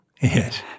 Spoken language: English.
Yes